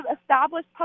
established